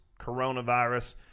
coronavirus